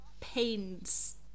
pains